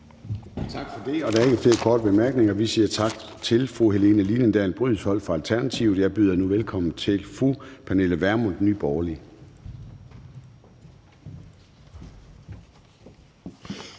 Tak for det. Der er ikke flere korte bemærkninger. Vi siger tak til fru Helene Liliendahl Brydensholt fra Alternativet. Jeg byder nu velkommen til fru Pernille Vermund, Nye Borgerlige.